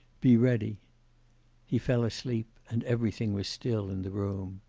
be ready he fell asleep, and everything was still in the room.